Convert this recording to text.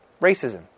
Racism